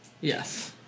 Yes